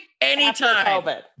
anytime